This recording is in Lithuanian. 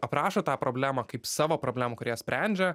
aprašo tą problemą kaip savo problemą kurią jie sprendžia